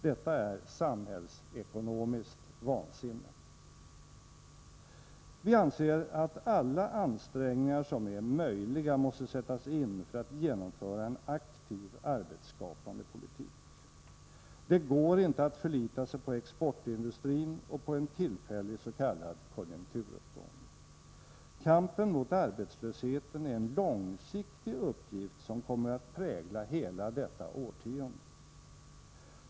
Detta är samhällsekonomiskt vansinne. Vi anser att alla ansträngningar som är möjliga måste sättas in för att genomföra en aktiv, arbetsskapande politik. Det går inte att förlita sig på exportindustrin och på en tillfällig s.k. konjunkturuppgång. Kampen mot arbetslösheten är en långsiktig uppgift, som kommer att prägla hela detta årtionde.